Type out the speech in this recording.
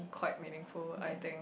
quite meaningful I think